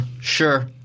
Sure